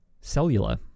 cellular